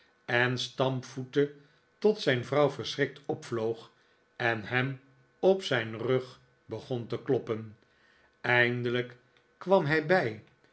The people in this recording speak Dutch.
en stampvoette tot zijn vrouw verschrikt opvloog en hem op zijn rug begon te kloppen eindelijk zeg eens zei hij